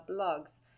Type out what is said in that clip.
blogs